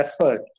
effort